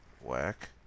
whack